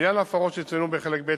לעניין ההפרות שצוינו בחלק ב',